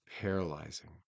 paralyzing